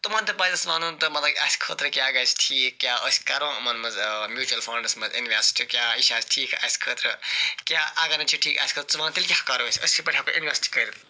تِمن تہِ پَزِ اَسہِ وَنُن تہٕ مطلب اَسہِ خٲطرٕ کیٛاہ گَژھِ ٹھیٖک کیٛاہ أسۍ کَرو یِمن منٛز میوٗچول فنٛڈس منٛز اِنوٮ۪سٹ کیٛاہ یہِ چھا ٹھیٖک اَسہِ خٲطرٕ کیٛاہ اگر نہٕ چھُ ٹھیٖک اَسہِ خٲطرٕ ژٕ ون تیٚلہِ کیٛاہ کَرو أسۍ أسۍ کِتھ پٲٹّھۍ ہٮ۪کو اِنوٮ۪سٹ کٔرِتھ